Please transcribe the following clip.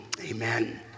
Amen